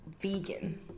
vegan